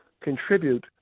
contribute